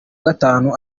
gatanu